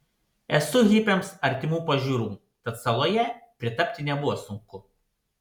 esu hipiams artimų pažiūrų tad saloje pritapti nebuvo sunku